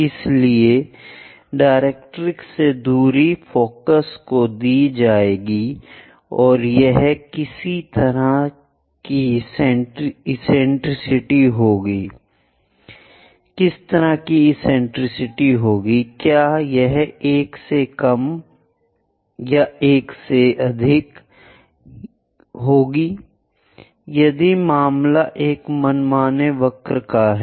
इसलिए डायरेक्ट्रिक्स से दूरी फ़ोकस को दी जाएगी और यह किस तरह की एसेंटेरिसिटी होगी क्या यह 1 से कम 1 से अधिक होगा यदि मामला एक मनमाना वक्र का है